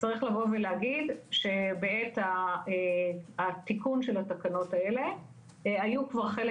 צריך לבוא ולהגיד שבעת התיקון של התקנות האלה היו כבר חלק